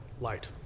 light